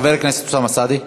חבר הכנסת אוסאמה סעדי.